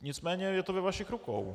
Nicméně je to ve vašich rukou.